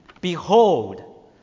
behold